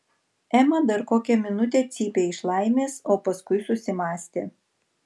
ema dar kokią minutę cypė iš laimės o paskui susimąstė